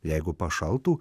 jeigu pašaltų